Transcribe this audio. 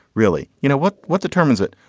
really. you know what? what determines it?